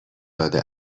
داده